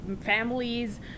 families